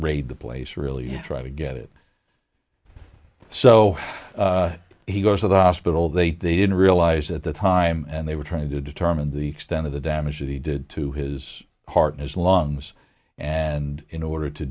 raid the place really try to get it so he goes to the hospital they didn't realize at the time and they were trying to determine the extent of the damage that he did to his heart as lungs and in order to